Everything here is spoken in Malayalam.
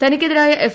തനിക്കെതിരായ എഫ്